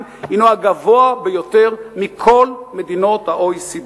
הינו הגבוה ביותר מכל מדינות ה-OECD.